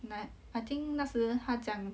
but I think 那时她讲